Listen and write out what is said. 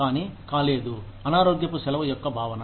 కానీ కాలేదు అనారోగ్యపు సెలవు యొక్క భావన